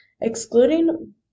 Excluding